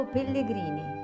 Pellegrini